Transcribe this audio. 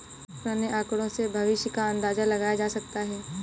पुराने आकड़ों से भविष्य का अंदाजा लगाया जा सकता है